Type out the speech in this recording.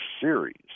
Series